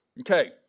Okay